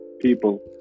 people